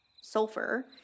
sulfur